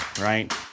right